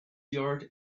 yard